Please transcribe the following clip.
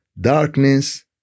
darkness